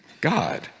God